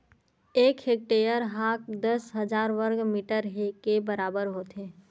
एक हेक्टेअर हा दस हजार वर्ग मीटर के बराबर होथे